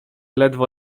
ledwo